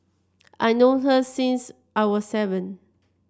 I known her since I was seven